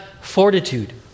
fortitude